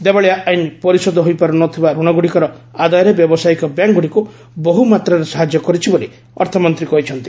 ଦେବାଳିଆ ଆଇନ ପରିଶୋଧ ହେଇପାରୁ ନଥିବା ଋଣ ଗୁଡ଼ିକର ଆଦାୟରେ ବ୍ୟବସାୟିକ ବ୍ୟାଙ୍କଗୁଡ଼ିକୁ ବହୁମାତ୍ରାରେ ସାହାଯ୍ୟ କରିଛି ବୋଲି ଅର୍ଥମନ୍ତ୍ରୀ କହିଛନ୍ତି